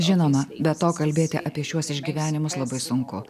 žinoma be to kalbėti apie šiuos išgyvenimus labai sunku